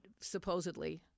supposedly